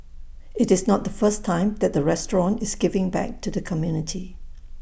IT is not the first time that the restaurant is giving back to the community